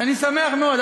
אני שמח מאוד.